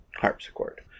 harpsichord